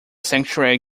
sanctuary